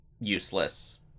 useless